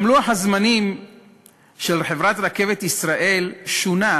גם לוח הזמנים של חברת "רכבת ישראל" שונה,